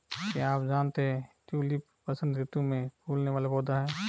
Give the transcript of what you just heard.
क्या आप जानते है ट्यूलिप वसंत ऋतू में फूलने वाला पौधा है